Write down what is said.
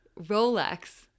Rolex